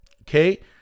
okay